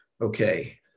Okay